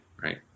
right